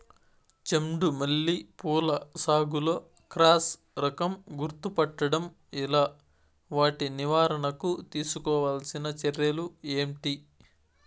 చెండు మల్లి పూల సాగులో క్రాస్ రకం గుర్తుపట్టడం ఎలా? వాటి నివారణకు తీసుకోవాల్సిన చర్యలు ఏంటి?